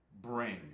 bring